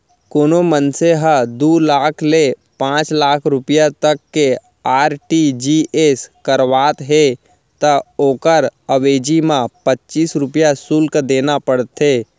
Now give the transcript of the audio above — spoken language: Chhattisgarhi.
कोनों मनसे ह दू लाख ले पांच लाख रूपिया तक के आर.टी.जी.एस करावत हे त ओकर अवेजी म पच्चीस रूपया सुल्क देना परथे